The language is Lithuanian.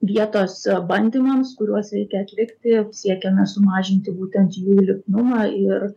vietos bandymams kuriuos reikia atlikti siekiame sumažinti būtent jų lipnumą ir